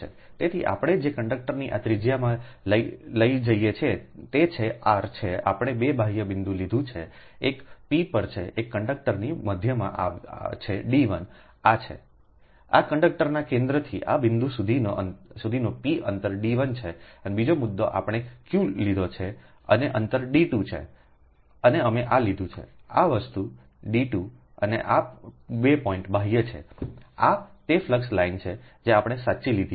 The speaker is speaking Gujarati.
તેથી આપણે જે કંડક્ટરની આ ત્રિજ્યામાં લઈ જઇએ છીએ તે છે r છે આપણે 2 બાહ્ય બિંદુ લીધું છે એક p પર છે જે કંડક્ટરની મધ્યથી છે D1 આ છેઆ કંડક્ટરનાં કેન્દ્રથી આ બિંદુ સુધીનું છે p અંતર D1 છે અને બીજો મુદ્દો આપણે q લીધો છે અને અંતર D2 છે અને અમે આ લીધું છેઆ વસ્તુ D2 અને આ 2 પોઇન્ટ બાહ્ય છે આ તે ફ્લક્સ લાઇન છે જે આપણે સાચી લીધી છે